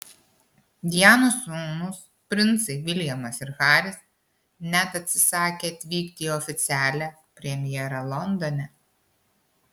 dianos sūnūs princai viljamas ir haris net atsisakė atvykti į oficialią premjerą londone